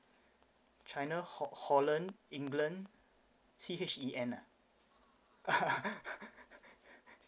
china ho~ holland england C H E N ah